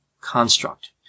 construct